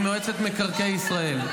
עם מועצת מקרקעי ישראל,